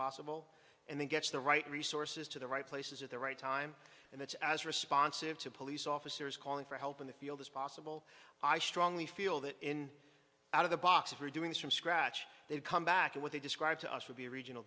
possible and then gets the right resources to the right places at the right time and it's as responsive to police officers calling for help in the field as possible i strongly feel that in out of the box of are doing this from scratch they've come back to what they described to us would be a regional